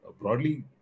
broadly